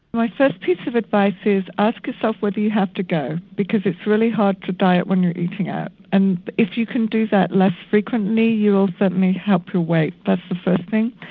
my first piece of advice is ask yourself whether you have to go because it's really hard to diet when you're eating out and if you can do that less frequently you will but certainly help your weight. that's the first thing.